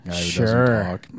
sure